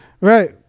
Right